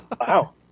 Wow